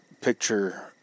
picture